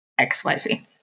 XYZ